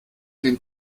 den